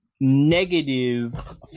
negative